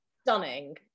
Stunning